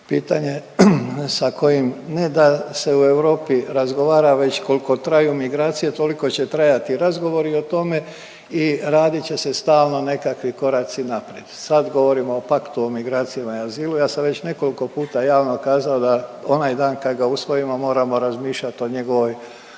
pitanje sa kojim ne da se u Europi razgovara već koliko traju migracije toliko će trajati razgovori o tome i radit će se stalno nekakvi koraci naprijed. Sad govorio o paktu, o migracijama i azilu. Ja sam već nekoliko puta javno kazao da onaj dan kad ga usvojimo moramo razmišljat o njegovoj